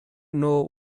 know